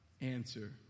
answer